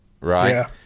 right